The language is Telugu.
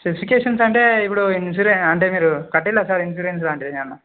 స్పెసిఫికేషన్స్ అంటే ఇప్పుడు ఇన్సురే అంటే మీరు కట్టిల్లా సార్ ఇన్సూరెన్స్ లాంటివి ఏవన్నా